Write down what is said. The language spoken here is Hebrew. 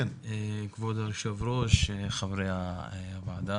כבוד היושב ראש, חברי הוועדה,